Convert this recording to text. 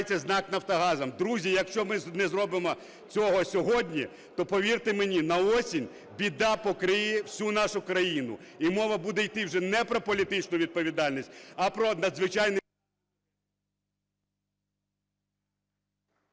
Друзі, якщо ми не зробимо цього сьогодні, то, повірте мені, на осінь біда покриє всю нашу країну і мова буде йти вже не про політичну відповідальність, а про надзвичайний…